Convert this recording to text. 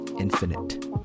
infinite